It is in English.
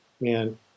man